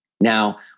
Now